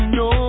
no